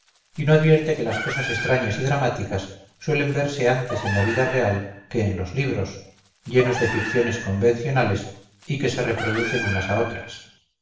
y no advierte que las cosas extrañas y dramáticas suelen verse antes en la vida real que en los libros llenos de ficciones convencionales y que se reproducen unas a otras